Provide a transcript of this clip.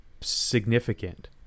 significant